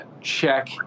check